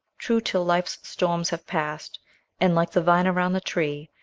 true till life's storms have passed and, like the vine around the tree,